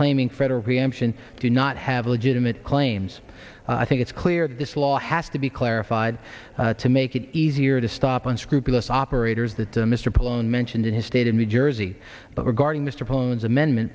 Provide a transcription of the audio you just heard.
claiming federal preemption do not have legitimate claims i think it's clear that this law has to be clarified to make it easier to stop unscrupulous operators that the mr paul own mentioned in his state of new jersey but regarding mr pones amendment